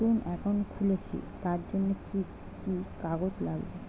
নতুন অ্যাকাউন্ট খুলছি তার জন্য কি কি কাগজ লাগবে?